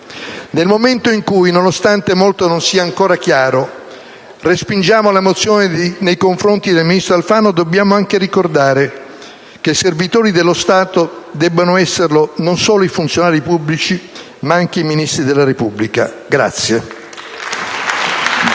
Nel momento in cui, nonostante molto non sia ancora chiaro, respingiamo la mozione nei confronti del ministro Alfano, dobbiamo anche ricordare che servitori dello Stato debbano esserlo non solo i funzionari pubblici, ma anche i Ministri della Repubblica.